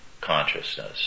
consciousness